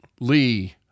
Lee